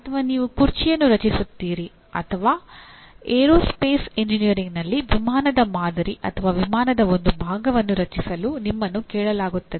ಅಥವಾ ನೀವು ಕುರ್ಚಿಯನ್ನು ರಚಿಸುತ್ತೀರಿ ಅಥವಾ ಏರೋಸ್ಪೇಸ್ ಎಂಜಿನಿಯರಿಂಗ್ನಲ್ಲಿ ವಿಮಾನದ ಮಾದರಿ ಅಥವಾ ವಿಮಾನದ ಒಂದು ಭಾಗವನ್ನು ರಚಿಸಲು ನಿಮ್ಮನ್ನು ಕೇಳಲಾಗುತ್ತದೆ